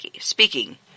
speaking